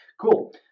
cool